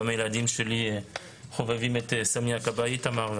גם הילדים שלי חובבים את סמי הכבאי איתמר,